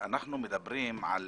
כשאנחנו מדברים על